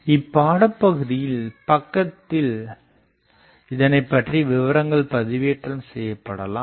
இப்பாடப் பகுதியில் பக்கத்தில் இதனைப் பற்றிய விவரங்கள் பதிவேற்றம் செய்யப்படலாம்